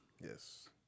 Yes